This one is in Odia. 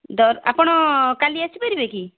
ଦ ଆପଣ କାଲି ଆସିପାରିବେ କି